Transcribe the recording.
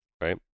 right